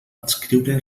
adscriure